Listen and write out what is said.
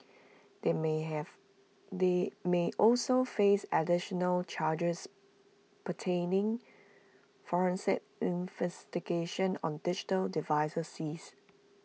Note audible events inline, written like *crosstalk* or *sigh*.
*noise* they may have they may also face additional charges *unintelligible* forensic investigations on digital devices seized